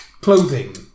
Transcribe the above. clothing